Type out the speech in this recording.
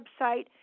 website